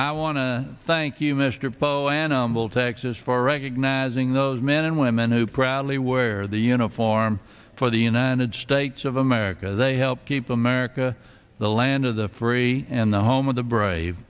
to thank you mr poe animal texas for recognizing those men and women who proudly wear the uniform for the united states of america they helped keep america the land of the free and the home of the brave